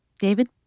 David